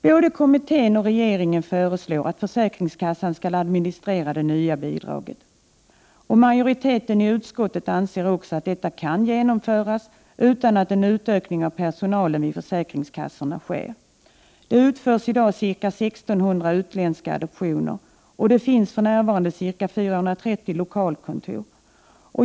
Både kommittén och regeringen föreslår att försäkringskassan skall administrera det nya bidraget. Majoriteten i utskottet anser också att detta kan genomföras utan att utöka personalen vid försäkringskassorna. Det utförs i dag ca 1 600 utländska adoptioner, och det finns för närvarande ca 430 lokalkontor.